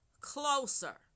closer